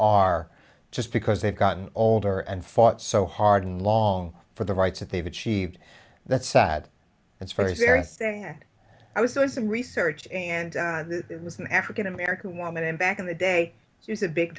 are just because they've gotten older and fought so hard and long for the rights that they've achieved that's sad it's very serious and i was doing some research and it was an african american woman and back in the day she was a big